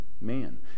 man